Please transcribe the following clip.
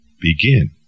begin